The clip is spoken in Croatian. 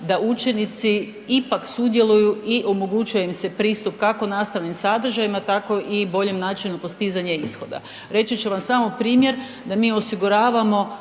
da učenici ipak sudjeluju i omogućuje im se pristup kako nastavnim sadržajima tako i boljem načinu postizanja ishoda. Reći ću vam samo primjer da mi osiguravamo